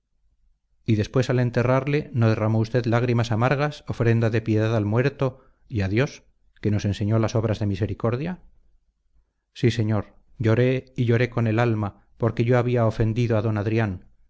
y después al enterrarle no derramó usted lágrimas amargas ofrenda de piedad al muerto y a dios que nos enseñó las obras de misericordia sí señor lloré y lloré con el alma porque yo había ofendido a d adrián